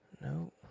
No